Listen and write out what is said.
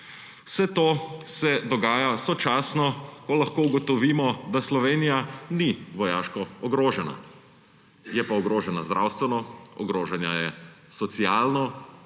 Vse to se dogaja sočasno, ko lahko ugotovimo, da Slovenija ni vojaško ogrožena. Je pa ogrožena zdravstveno, ogrožena je socialno,